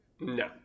No